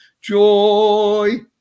joy